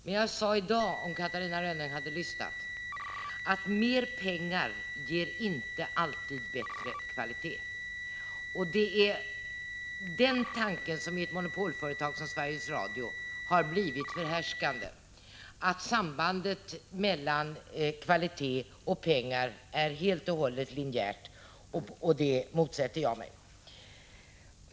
Men jag sade också — och om Catarina Rönnung hade lyssnat hade hon hört det — att mer pengar inte alltid ger bättre kvalitet. I ett monopolföretag som Sveriges Radio har den tanken blivit förhärskande att sambandet mellan kvalitet och pengar helt och hållet är linjärt. Det motsätter jag mig.